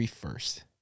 first